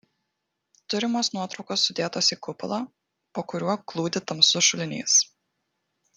turimos nuotraukos sudėtos į kupolą po kuriuo glūdi tamsus šulinys